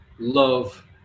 love